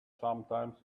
sometimes